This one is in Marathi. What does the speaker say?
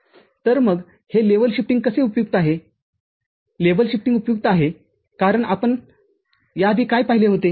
तर मग हे लेव्हल शिफ्टिंग कसे उपयुक्त आहे लेव्हल शिफ्टिंग उपयुक्त आहे कारण आपण आधी काय पाहिले होते